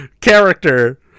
character